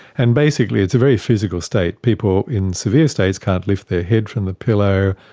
and basically it's a very physical state. people in severe states can't lift their head from the pillow,